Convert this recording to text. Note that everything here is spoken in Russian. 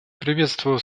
приветствую